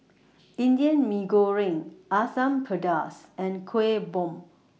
Indian Mee Goreng Asam Pedas and Kueh Bom